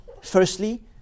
Firstly